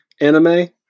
anime